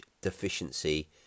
deficiency